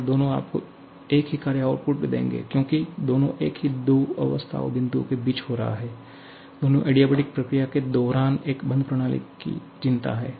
वे दोनों आपको एक ही कार्य आउटपुट देंगे क्योंकि दोनों एक ही दो अवस्था बिंदुओं के बीच हो रहे हैं दोनों को एडियाबेटिक प्रक्रिया के दौरान एक बंद प्रणाली की चिंता है